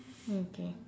okay